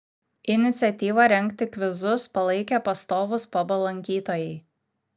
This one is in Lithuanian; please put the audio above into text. iniciatyvą rengti kvizus palaikė pastovūs pabo lankytojai